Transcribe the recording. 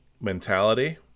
mentality